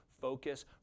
focus